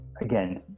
again